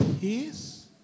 peace